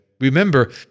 Remember